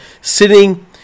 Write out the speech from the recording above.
sitting